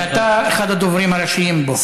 שאתה אחד הדוברים הראשיים בו.